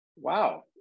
wow